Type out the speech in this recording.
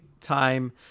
time